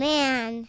Man